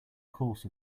course